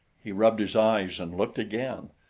he rubbed his eyes and looked again,